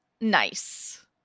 nice